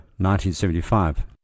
1975